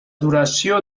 duració